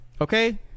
Okay